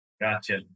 Gotcha